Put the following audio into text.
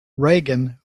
regan